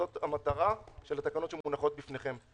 זו המטרה של התקנות שמונחות בפניכם.